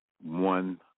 one